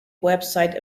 website